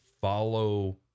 follow